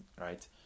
right